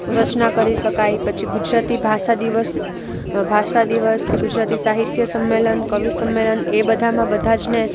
રચના કરી શકાય પછી ગુજરાતી ભાષા દિવસ ભાષા દિવસ કે ગુજરાતી સાહિત્ય સંમેલન કવિ સંમેલન એ બધામાં બધાજને